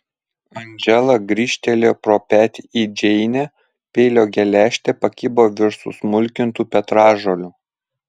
andžela grįžtelėjo pro petį į džeinę peilio geležtė pakibo virš susmulkintų petražolių